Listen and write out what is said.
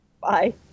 Bye